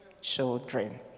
children